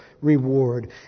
reward